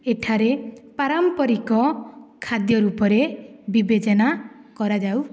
ଏଠାରେ ପାରମ୍ପରିକ ଖାଦ୍ୟ ରୂପରେ ବିବେଚନା କରାଯାଉଛି